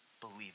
believe